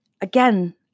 Again